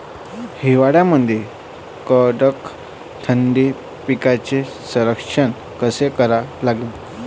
हिवाळ्यामंदी कडक थंडीत पिकाचे संरक्षण कसे करा लागन?